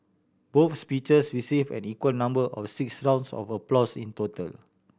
both speeches receive an equal number of six rounds of applause in total